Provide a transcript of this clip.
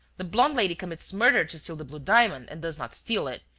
the blonde lady commits murder to steal the blue diamond and does not steal it.